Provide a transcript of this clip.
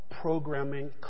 programming